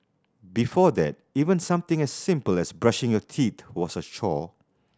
before that even something as simple as brushing your teeth was a chore